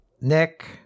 Nick